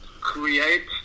create